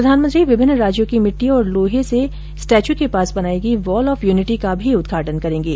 प्रधानमंत्री विभिन्न राज्यों की मिट्टी और लौहे से स्टेच्यू के पास बनाई गई यॉल ऑफ यूनिटी का भी उदघाटन करेंगे